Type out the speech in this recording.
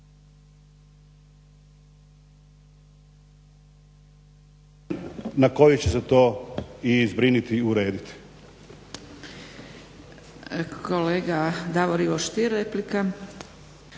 na koji će se to i zbrinuti i urediti.